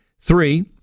Three